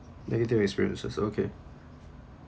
negative experiences okay